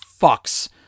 fucks